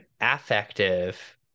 affective